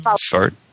start